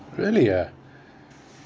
really ah